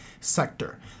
sector